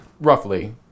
roughly